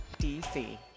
DC